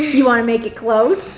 you wanna make it close?